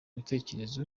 bitekerezo